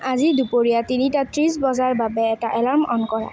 আজি দুপৰীয়া তিনিটা ত্ৰিশ বজাৰ বাবে এটা এলাৰ্ম অ'ন কৰা